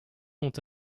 sont